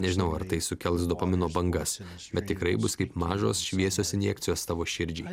nežinau ar tai sukels dopamino bangas bet tikrai bus kaip mažos šviesios injekcijos tavo širdžiai